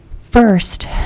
First